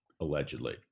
allegedly